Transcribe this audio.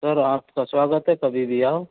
sir आपका स्वागत है कभी भी आओ